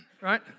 right